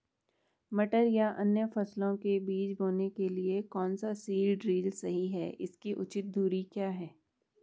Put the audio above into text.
मटर या अन्य फसलों के बीज बोने के लिए कौन सा सीड ड्रील सही है इसकी उचित दूरी क्या है?